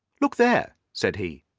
look there! said he.